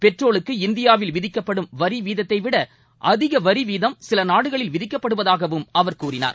பெட்ரோலுக்கு இந்தியாவில் விதிக்கப்படும் வரி வீதத்தை விட அதிக வரி வீதம் சில நாடுகளில் விதிக்கப்படுவதாகவும் அவர் கூறினார்